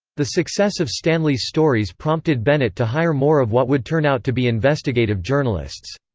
the success of stanley's stories prompted bennett to hire more of what would turn out to be investigative journalists.